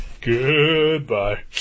Goodbye